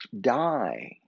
die